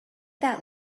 that